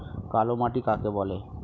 কালোমাটি কাকে বলে?